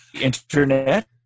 internet